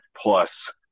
plus